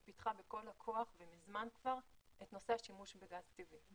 שהיא פיתחה בכל הכוח וכבר מזמן את נושא השימוש בגז טבעי.